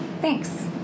Thanks